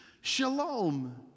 Shalom